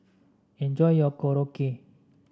enjoy your Korokke